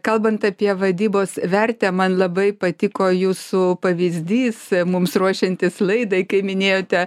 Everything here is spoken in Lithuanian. kalbant apie vadybos vertę man labai patiko jūsų pavyzdys mums ruošiantis laidai kai minėjote